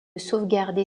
sauvegarder